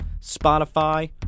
Spotify